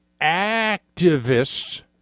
Activists